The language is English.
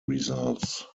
results